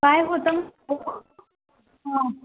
काय होतं हां